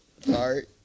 sorry